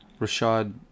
Rashad